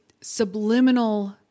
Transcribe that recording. subliminal